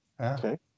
Okay